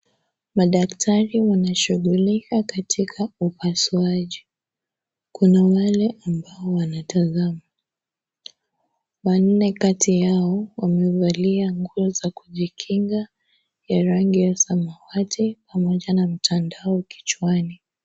Madaktari wanashugulika katika upasuaji, kuna wale ambao wanatazama. Wanne kati yao wamevalia nguo za kujikinga ya rangi ya samawati pamoja na mtandao kichwani.